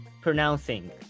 pronouncing